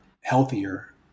healthier